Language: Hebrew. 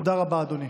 תודה רבה, אדוני.